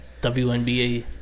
WNBA